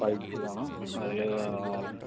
five ജിയാണ് അതിൽ